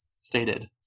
stated